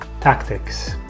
tactics